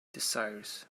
desires